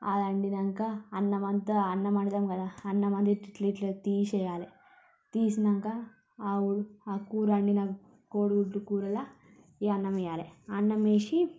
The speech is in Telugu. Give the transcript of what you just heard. అదండిమాక అన్నమంత అన్నమొండుతాం కదా ఇట్లిట్ల తీసేయాలి తీసినాక ఆ కూర కోడిగుడ్ల కూరలో ఈ అన్నమెయ్యాలే అన్నమేసి